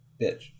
Bitch